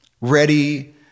ready